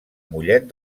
mollet